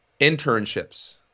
internships